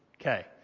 Okay